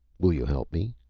will you help me?